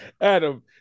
Adam